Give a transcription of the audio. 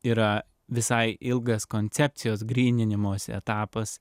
yra visai ilgas koncepcijos gryninimo etapas